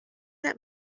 that